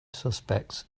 suspects